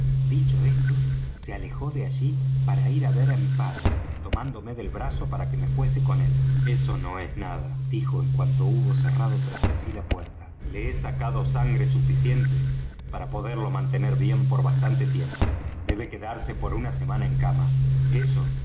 dicho esto se alejó de allí para ir á ver á mi padre tomándome del brazo para que me fuese con él eso no es nada dijo en cuanto hubo cerrado tras de sí la puerta le he sacado sangre suficiente para poderlo mantener bien por bastante tiempo debe quedarse por una semana en cama eso